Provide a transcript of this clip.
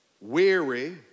weary